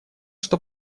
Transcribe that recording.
что